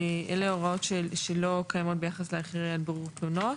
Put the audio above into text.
אלה הוראות שלא קיימות ביחס לאחראי על בירור תלונות.